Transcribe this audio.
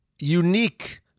unique